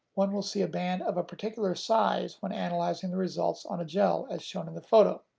one will see a band of a particular size when analyzing the results on a gel as shown in the photo.